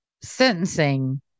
sentencing